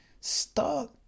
Start